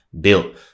built